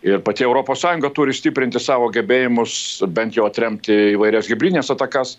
ir pati europos sąjunga turi stiprinti savo gebėjimus bent jau atremti įvairias hibridines atakas